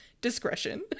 discretion